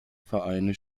vereine